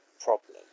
problem